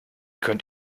könnt